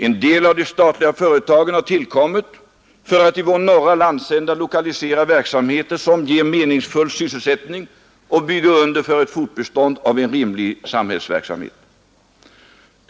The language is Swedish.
En del av de statliga företagen har tillkommit för att i vår norra landsända lokalisera verksamheter, som ger meningsfull sysselsättning och bygger under för ett fortbestånd av en rimlig samhällsverksamhet.